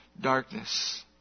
Darkness